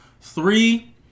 three